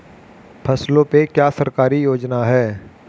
फसलों पे क्या सरकारी योजना है?